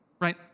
right